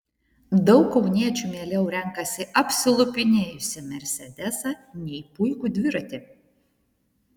daug kauniečių mieliau renkasi apsilupinėjusį mersedesą nei puikų dviratį